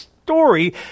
story